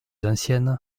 ancienne